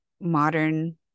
modern